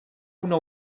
una